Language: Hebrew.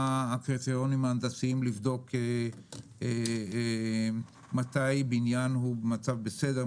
מה הקריטריונים ההנדסיים לבדוק מתי בניין הוא במצב בסדר,